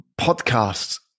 podcasts